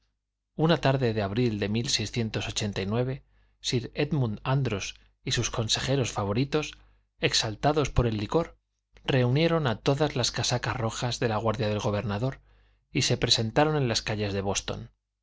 una tarde de abril de sir édmund andros y sus consejeros favoritos exaltados por el licor reunieron a todas las casacas rojas de la guardia del gobernador y se presentaron en las calles de boston